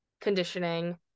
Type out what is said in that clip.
conditioning